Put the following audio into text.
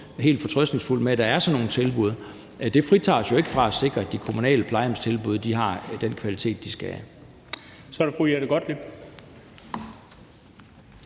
helt fortrøstningsfuld med, at der er sådan nogle tilbud – fritager os jo ikke for at sikre, at de kommunale plejehjemstilbud har den kvalitet, de skal have. Kl. 11:47 Den fg.